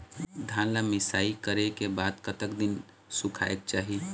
धान ला मिसाई करे के बाद कतक दिन सुखायेक चाही?